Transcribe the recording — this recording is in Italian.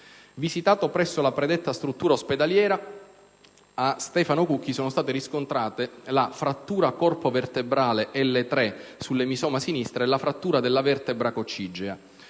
Visitato presso la predetta struttura ospedaliera, a Stefano Cucchi sono state riscontrate la frattura corpo vertebrale L3 sull'emisoma sinistro e la frattura della vertebra coccigea.